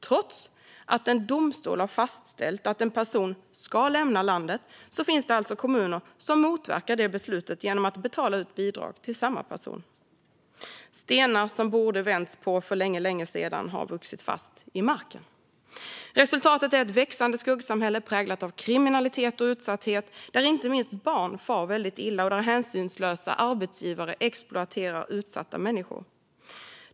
Trots att en domstol har fastställt att en person ska lämna landet finns det alltså kommuner som motverkar beslutet genom att betala ut bidrag till samma person. Stenar som borde ha vänts på för länge sedan har vuxit fast i marken. Resultatet är ett växande skuggsamhälle präglat av kriminalitet och utsatthet och där inte minst barn far väldigt illa och där hänsynslösa arbetsgivare exploaterar utsatta människor.